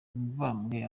mibambwe